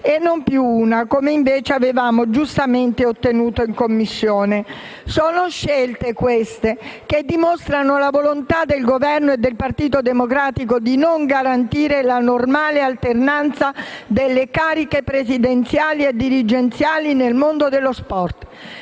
e non più una, come invece avevamo giustamente ottenuto in Commissione. Sono scelte, queste, che dimostrano la volontà del Governo e del Partito Democratico di non garantire la normale alternanza delle cariche presidenziali e dirigenziali nel mondo dello sport,